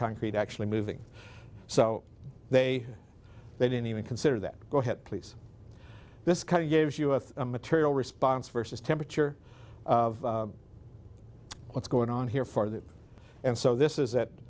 concrete actually moving so they they didn't even consider that go ahead please this kind of gave us a material response versus temperature of what's going on here for that and so this is